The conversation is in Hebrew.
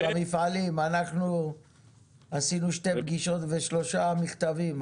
אנחנו עשינו שתי פגישות ושלושה מכתבים.